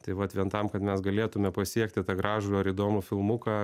tai vat vien tam kad mes galėtume pasiekti tą gražų ar įdomų filmuką